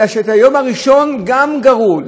אלא את היום הראשון גם גרעו.